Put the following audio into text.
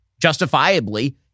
justifiably